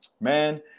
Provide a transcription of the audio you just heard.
man